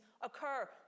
occur